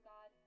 God